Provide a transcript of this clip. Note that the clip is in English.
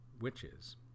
witches